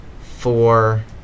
four